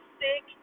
sick